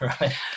right